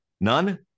none